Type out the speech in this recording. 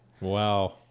wow